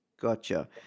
Gotcha